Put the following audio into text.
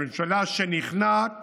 ממשלה שנכנעת